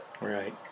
Right